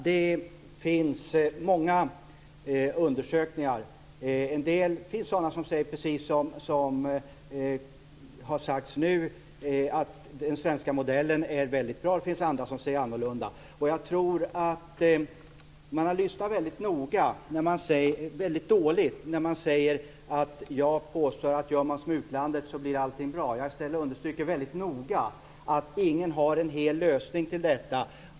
Herr talman! Det finns många undersökningar. En del säger, precis som har sagts nu, att den svenska modellen är väldigt bra. Det finns andra som säger annorlunda. Jag tror att man har lyssnat väldigt dåligt om man säger att jag påstår att om vi gör som i utlandet blir allting bra. Jag understryker i stället väldigt noga att ingen har en hel lösning på detta.